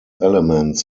elements